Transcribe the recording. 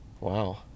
Wow